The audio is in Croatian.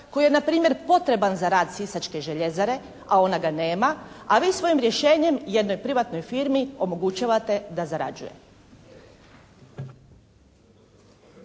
koji je na primjer potreban za rad sisačke “Željezare“, a ona ga nema, a vi svojim rješenjem jednoj privatnoj firmi omogućavate da zarađuje.